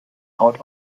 haut